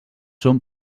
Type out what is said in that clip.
són